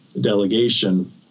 delegation